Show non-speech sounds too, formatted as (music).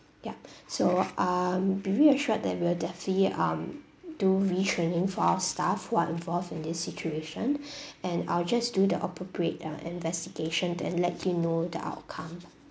yup so um be reassured that we'll definitely um do retraining for our staff who are involved in this situation (breath) and I'll just do the appropriate uh investigation and let you know the outcome